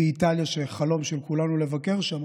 שהחלום של כולנו לבקר שם,